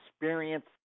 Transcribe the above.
experience